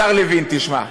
השר לוין, תשמע,